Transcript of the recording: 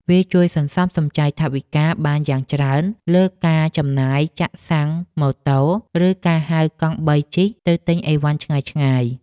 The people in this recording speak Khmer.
វាជួយសន្សំសំចៃថវិកាបានយ៉ាងច្រើនលើការចំណាយចាក់សាំងម៉ូតូ ឬការហៅកង់បីជិះទៅទិញអីវ៉ាន់ឆ្ងាយៗ។